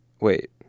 Wait